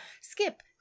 skip